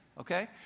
Okay